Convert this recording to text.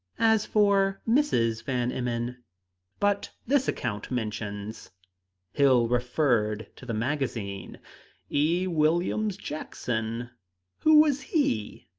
as for mrs. van emmon but this account mentions hill referred to the magazine e. williams jackson who was he?